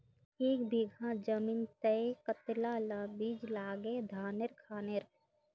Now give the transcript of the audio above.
एक बीघा जमीन तय कतला ला बीज लागे धानेर खानेर?